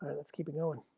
let's keep it going.